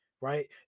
right